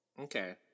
Okay